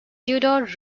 tudor